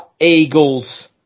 Eagles